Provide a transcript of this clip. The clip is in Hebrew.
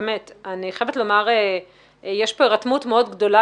אני חייבת לומר שיש כאן הירתמות מאוד גדולה